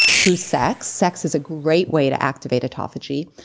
through sex, sex is a great way to activate autophagy,